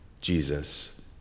Jesus